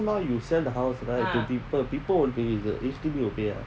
now you sell the house right to people people won't pay you H_D_B will pay ah